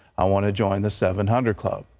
i want to join the seven hundred club.